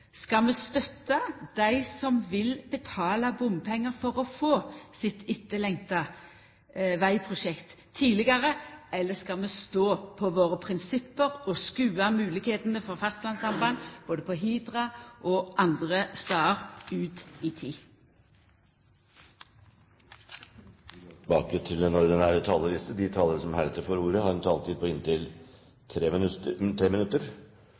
Skal vi støtta dei som vil betala bompengar for å få sitt etterlengta vegprosjekt tidlegare? Eller skal vi stå på våre prinsipp og skuva moglegheitene for fastlandssamband både på Hidra og andre stader ut i tid? Replikkordskiftet er omme. De talere som heretter får ordet, har en taletid på